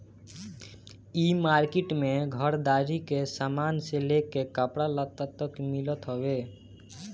इ मार्किट में घरदारी के सामान से लेके कपड़ा लत्ता तक मिलत हवे